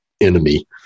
enemy